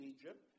Egypt